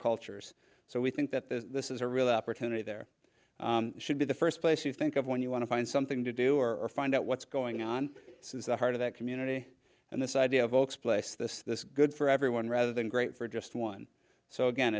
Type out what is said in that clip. cultures so we think that this is a real opportunity there should be the first place you think of when you want to find something to do or find out what's going on the heart of that community and this idea of folks place this this good for everyone rather than great for just one so